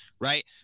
right